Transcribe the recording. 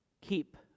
keep